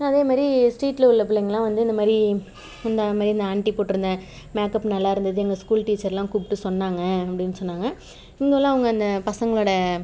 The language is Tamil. அதே மாதிரி ஸ்ட்ரீட்டில் உள்ள பிள்ளைங்கெளாம் வந்து இந்த மாதிரி இந்த அது மாதிரி ஆண்ட்டி போட்டிருந்த மேக்கப் நல்லா இருந்தது எங்கள் ஸ்கூல் டீச்சரெலாம் கூப்பிட்டு சொன்னாங்க அப்படின்னு சொன்னாங்க இங்கே உள்ள அவங்க அந்த பசங்களோடய